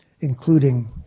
including